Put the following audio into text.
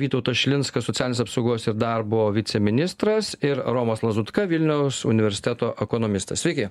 vytautas šilinskas socialinės apsaugos ir darbo viceministras ir romas lazutka vilniaus universiteto ekonomistas sveiki